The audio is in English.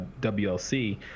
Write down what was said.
WLC